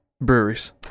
breweries